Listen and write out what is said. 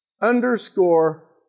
Underscore